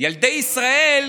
ילדי ישראל,